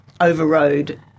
overrode